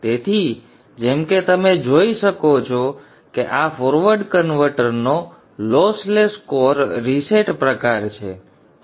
તેથી જેમ કે તમે જોઈ શકો છો કે આ ફોરવર્ડ કન્વર્ટરનો લોસલેસ કોર રીસેટ પ્રકાર છે